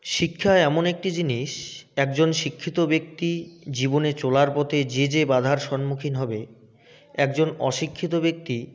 শিক্ষা এমন একটি জিনিস একজন শিক্ষিত ব্যক্তি জীবনে চলার পথে যে যে বাধার সম্মুক্ষীন হবে একজন অশিক্ষিত ব্যক্তি